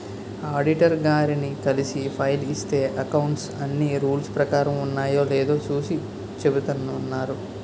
auditor గారిని కలిసి file ఇస్తే అకౌంట్స్ అన్నీ రూల్స్ ప్రకారం ఉన్నాయో లేదో చూసి చెబుతామన్నారు